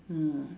mm